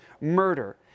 murder